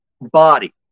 body